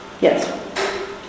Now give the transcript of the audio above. Yes